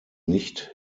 nicht